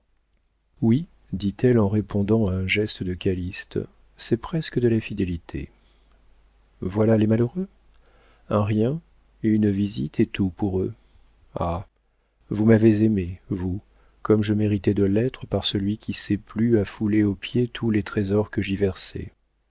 oui dit-elle en répondant à un geste de calyste c'est presque de la fidélité voilà les malheureux un rien une visite est tout pour eux ah vous m'avez aimée vous comme je méritais de l'être par celui qui s'est plu à fouler aux pieds tous les trésors que j'y